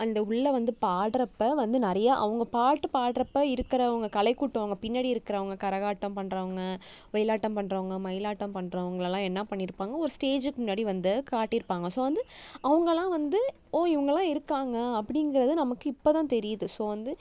அந்த உள்ள வந்து பாடுறப்ப வந்து நிறையா அவங்க பாட்டு பாடுறப்ப இருக்கிறவுங்க கலைக்கூட்டம் அங்கே பின்னாடி இருக்கிறவங்க கரகாட்டம் பண்ணுறவங்க ஒயிலாட்டம் பண்ணுறவங்க மயிலாட்டம் பண்ணுறவங்களெல்லாம் என்ன பண்ணிருப்பாங்க ஒரு ஸ்டேஜுக்கு முன்னாடி வந்து காட்டிருப்பாங்க ஸோ வந்து அவங்கள்லாம் வந்து ஓ இவங்கள்லாம் இருக்காங்க அப்படிங்கறது நமக்கு இப்போ தான் தெரியுது ஸோ வந்து